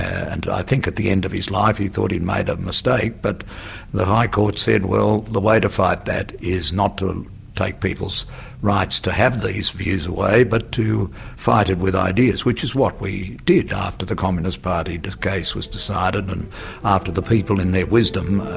and i think at the end of his life he thought he'd made a mistake, but the high court said well, the way to fight that is not to take people's rights to have these views away, but to fight it with ideas, which is what we did after the communist party case was decided, and after the people in their wisdom,